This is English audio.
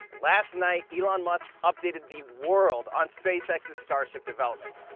last night, elon musk updated the world on spacex's starship development.